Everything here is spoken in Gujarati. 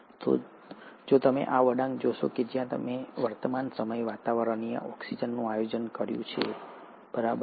તો જો તમે આ વળાંક જોશો કે જ્યાં મેં વર્તમાન સમયે વાતાવરણીય ઓક્સિજનનું આયોજન કર્યું છે બરાબર ને